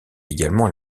également